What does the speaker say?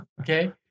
Okay